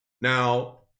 Now